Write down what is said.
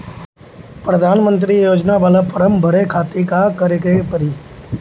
प्रधानमंत्री योजना बाला फर्म बड़े खाति का का करे के पड़ी?